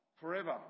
Forever